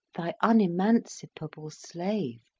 thy unemancipable slave,